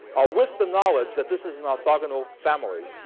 or with the knowledge that this is an orthogonal family,